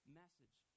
message